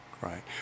Right